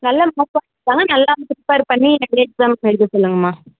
நல்ல மார்க் நல்லா ப்ரிப்பர் பண்ணி எக்ஸாம் எழுத சொல்லுங்கள்ம்மா